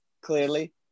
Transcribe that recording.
clearly